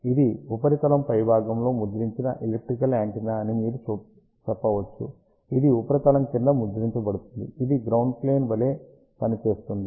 ఇది ఉపరితలం పైభాగంలో ముద్రించిన ఎలిప్టికల్ యాంటెన్నా అని మీరు చెప్పవచ్చు ఇది ఉపరితలం క్రింద ముద్రించబడుతుంది ఇది గ్రౌండ్ ప్లేన్ వలే పనిచేస్తుంది